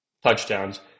touchdowns